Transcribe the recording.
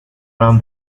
round